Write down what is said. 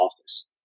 office